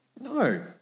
No